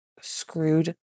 screwed